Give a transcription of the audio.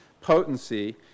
potency